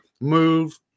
move